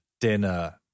dinner